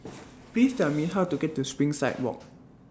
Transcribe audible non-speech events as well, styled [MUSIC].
[NOISE] Please Tell Me How to get to Springside Walk